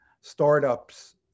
startups